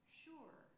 sure